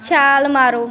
ਛਾਲ ਮਾਰੋ